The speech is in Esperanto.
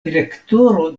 direktoro